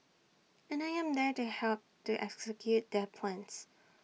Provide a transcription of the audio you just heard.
and I am there to help to execute their plans